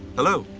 hello.